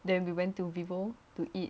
then we went to vivo to eat